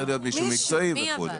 מי?